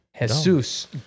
Jesus